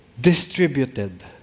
distributed